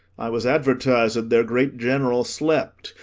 i was advertis'd their great general slept,